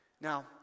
Now